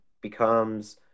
becomes